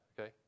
Okay